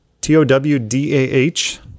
T-O-W-D-A-H